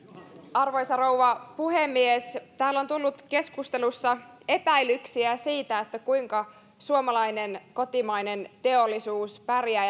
arvoisa rouva puhemies täällä on tullut keskustelussa epäilyksiä siitä kuinka suomalainen kotimainen teollisuus pärjää